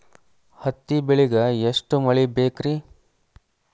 ಹತ್ತಿ ಬೆಳಿಗ ಎಷ್ಟ ಮಳಿ ಬೇಕ್ ರಿ?